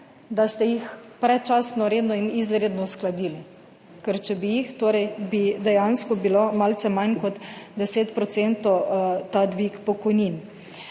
da ste jih predčasno, redno in izredno uskladili. Ker če bi jih, torej bi dejansko bilo malce manj kot 10 % ta dvig pokojnin.